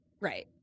right